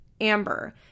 Amber